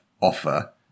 offer